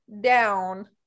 down